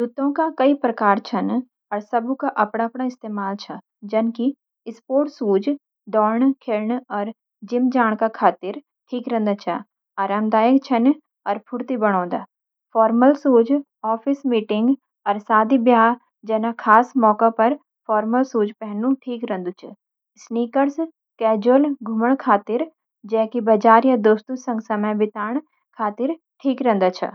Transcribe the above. जूतों के कई प्रकार छ, अर सबकै अपण अपण इस्तेमाल छै। जैंकि: स्पोर्ट्स शूज – दौड़ण, खेलण अर जिम जान का खातिर स्पोर्ट्स शूज ठिक रौंदा छ। आरामदायक छन अर फुर्ती बणाउँदा। फॉर्मल शूज – ऑफिस, मीटिंग अर शादी-ब्याह जन खास मौक्याँ में फॉर्मल शूज पहरण ठिक रेंदु छ। स्नीकर्स – कैजुअल घुमण खातिन, जैंकि बजार या दोस्तों संग समय बिताण खातिर ठीक रेन्दा छ।